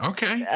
Okay